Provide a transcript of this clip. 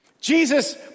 Jesus